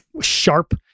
sharp